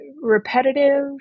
repetitive